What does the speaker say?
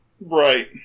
right